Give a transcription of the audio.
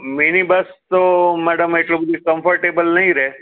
mini bus તો madam એટલી બધી કમ્ફર્ટેબલ નહીં રહે